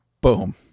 Boom